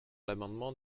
l’amendement